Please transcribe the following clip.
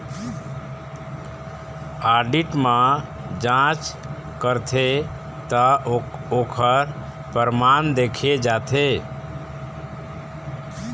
audit म जांच करथे त ओखर परमान देखे जाथे